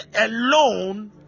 alone